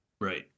Right